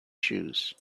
shoes